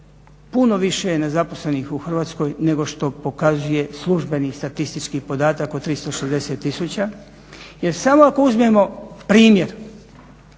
Puno više je nezaposlenih u Hrvatskoj nego što pokazuje službeni statistički podatak o 360 tisuća jer samo ako uzmemo primjer